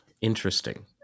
interesting